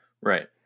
Right